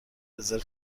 رزرو